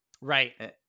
Right